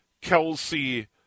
Kelsey